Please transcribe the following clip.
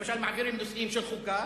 למשל, מעבירים נושאים של חוקה,